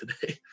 today